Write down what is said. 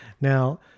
Now